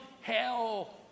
hell